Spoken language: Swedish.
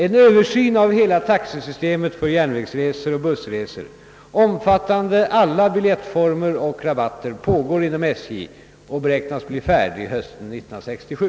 En översyn av hela taxesystemet för järnvägsresor och bussresor omfattande alla biljettformer och rabatter pågår inom SJ och beräknas bli färdig hösten 1967.